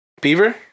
Beaver